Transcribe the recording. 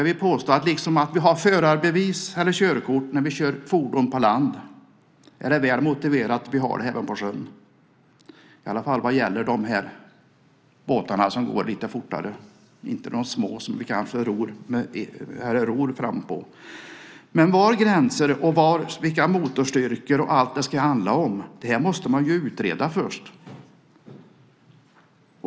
Liksom vi har förarbevis eller körkort när vi kör fordon på land tycker jag att det är välmotiverat att ha det även på sjön, i alla fall vad gäller de båtar som går lite fortare, inte de små som vi kanske ror. Var gränsen går och vilka motorstyrkor det ska handla om måste utredas först.